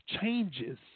changes